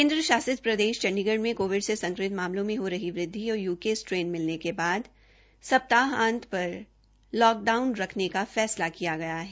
केन्द्र शासित प्रदेश चंडीगढ़ में कोविड से संक्रमित मामलों में हो रही वृद्धि और यूके स्ट्रेन मिलने के बाद सप्ताहांत पर लॉकडाउन रखने का फैसला किया गया है